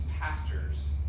pastors